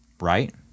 right